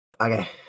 Okay